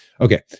okay